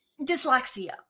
dyslexia